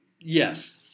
Yes